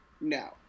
No